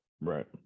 right